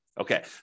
Okay